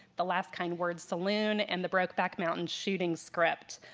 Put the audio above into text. the last kind words saloon, and the brokeback mountain shooting script,